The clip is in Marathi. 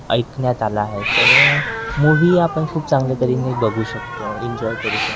ऐकण्यात आलं आहे तर मूव्हीही आपण खूप चांगल्या तऱ्हेने बघू शकतो एन्जॉय करू शकतो